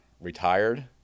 retired